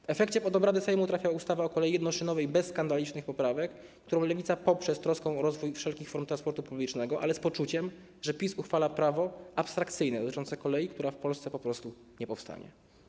W efekcie pod obrady Sejmu trafia ustawa o kolei jednoszynowej bez skandalicznych poprawek, którą Lewica poprze w trosce o rozwój wszelkich form transportu publicznego, ale z poczuciem, że PiS uchwala prawo abstrakcyjne, dotyczące kolei, która w Polsce po prostu nie powstanie.